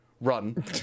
run